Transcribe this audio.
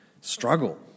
struggle